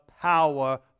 power